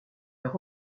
leur